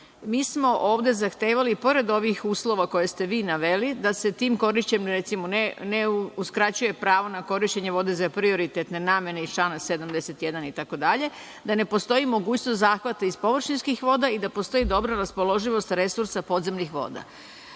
mi smo ovde zahtevali pored ovih uslova koje ste vi naveli, da se tim korišćenjem recimo, ne uskraćuje pravo na korišćenje vode za prioritetne namene iz člana 71. itd, da ne postoji mogućnost zahvata iz površinskih voda i da postoji dobra raspoloživost resursa podzemnih